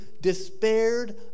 despaired